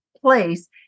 place